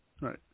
Right